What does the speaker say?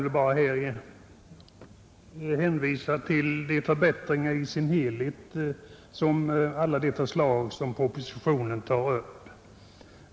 Man kan här endast hänvisa till samtliga de förbättringar som föreslås i propositionen.